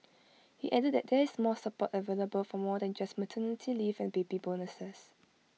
he added that there is more support available for them than just maternity leave and be baby bonuses